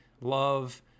love